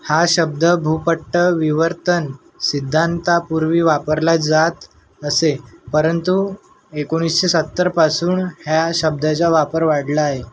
हा शब्द भूपट्ट विवर्तन सिद्धान्तापूर्वी वापरला जात असे परंतु एकोणीसशे सत्तरपासून ह्या शब्दाचा वापर वाढला आहे